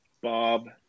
Bob